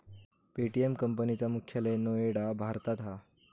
Paytm company चा मुख्यालय नोएडा भारतात हा